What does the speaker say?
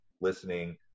listening